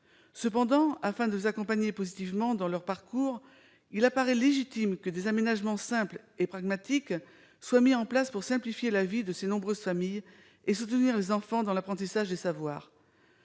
Toutefois, afin de les accompagner positivement dans leur parcours, il paraît légitime que des aménagements simples et pragmatiques soient mis en place pour simplifier la vie de ces nombreuses familles et soutenir ces enfants dans l'apprentissage des savoirs.